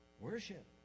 Worship